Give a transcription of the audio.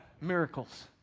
Miracles